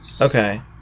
Okay